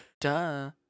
Duh